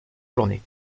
journée